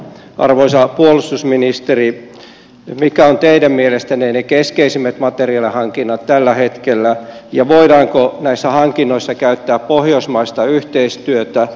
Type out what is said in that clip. arvoisa puolustusministeri mitkä ovat teidän mielestänne ne keskeisimmät materiaalihankinnat tällä hetkellä ja voidaanko näissä hankinnoissa käyttää pohjoismaista yhteistyötä